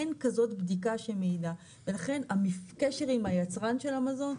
אין כזאת בדיקה שמעידה ולכן הקשר עם היצרן של המזון,